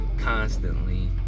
constantly